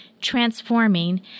transforming